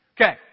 Okay